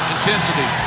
Intensity